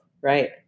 Right